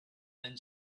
then